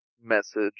message